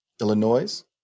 Illinois